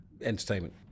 entertainment